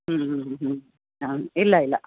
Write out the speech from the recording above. ಹ್ಞೂ ಹ್ಞೂ ಹ್ಞೂ ಹ್ಞೂ ಹಾಂ ಇಲ್ಲ ಇಲ್ಲ